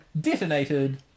detonated